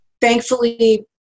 Thankfully